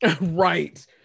right